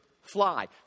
Fly